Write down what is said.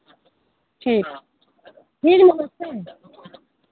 ठीक ठीक है नमस्ते